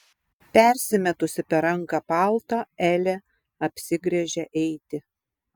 persimetusi per ranką paltą elė apsigręžia eiti